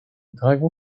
dragon